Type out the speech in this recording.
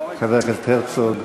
חבר הכנסת הרצוג.